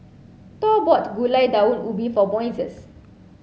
Thor bought Gulai Daun Ubi for Moises